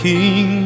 King